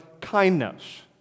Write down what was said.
kindness